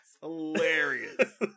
hilarious